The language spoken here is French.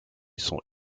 sont